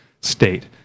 state